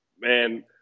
Man